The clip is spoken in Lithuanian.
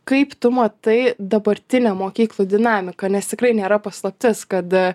kaip tu matai dabartinę mokyklų dinamiką nes tikrai nėra paslaptis kad